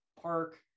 Park